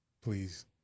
Please